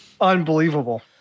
unbelievable